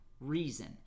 reason